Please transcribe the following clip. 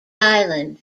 island